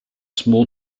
small